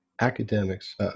academics